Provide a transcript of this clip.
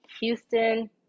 Houston